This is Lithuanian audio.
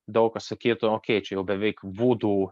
daug kas sakytų okei čia jau beveik būdų